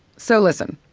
so listen.